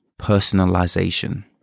personalization